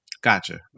Gotcha